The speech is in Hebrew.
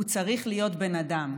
הוא צריך להיות בן אדם.